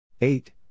Eight